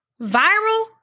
viral